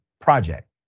project